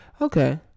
Okay